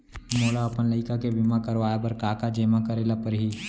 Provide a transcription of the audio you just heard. मोला अपन लइका के बीमा करवाए बर का का जेमा करे ल परही?